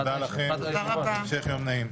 תודה לכם, המשך יום נעים.